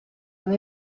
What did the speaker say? non